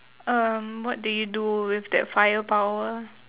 um what do you do with that fire power